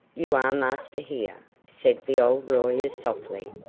you are master here, said the old lawyer softly.